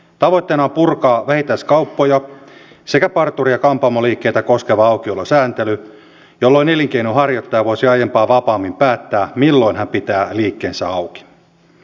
tavoitteena on purkaa vähittäiskauppoja sekä parturi ja kampaamoliikkeitä koskeva aukiolosääntely jolloin elinkeinonharjoittaja voisi aiempaa vapaammin päättää milloin hän pitää liikkeensä auki